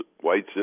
white